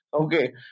Okay